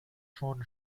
schon